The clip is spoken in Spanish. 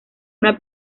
una